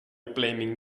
blaming